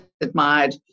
admired